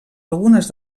algunes